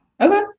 okay